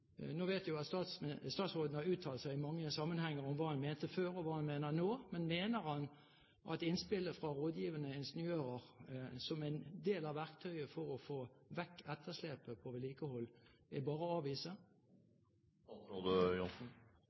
Nå vet jo jeg at statsråden har uttalt seg i mange sammenhenger om hva han mente før, og hva han mener nå. Men mener han at innspillet fra Rådgivende Ingeniører som en del av verktøyet for å få vekk etterslepet på vedlikehold bare er å